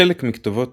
חלק מכתובות